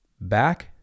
Back